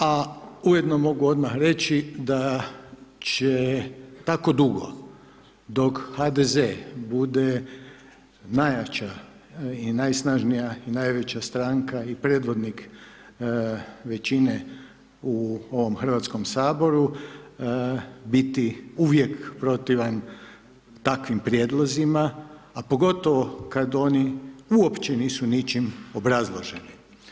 A ujedno mogu odmah reći, da će tako dugo, dok HDZ bude najjača i najsnažnija i najveća stranka i predvodnik većine u ovom Hrvatskom saboru, biti uvijek protivan takvim prijedlozima, a pogotovo kad oni uopće nisu ničim obrazloženi.